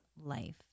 life